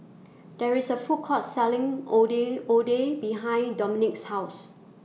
There IS A Food Court Selling Ondeh Ondeh behind Dominik's House